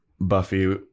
Buffy